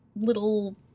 Little